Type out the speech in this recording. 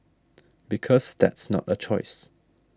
because that's not a choice